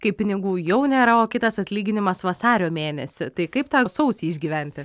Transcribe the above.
kai pinigų jau nėra o kitas atlyginimas vasario mėnesį tai kaip tą sausį išgyventi